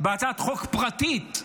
בהצעת חוק פרטית,